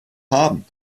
haben